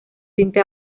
tinte